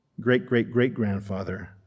great-great-great-grandfather